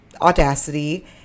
audacity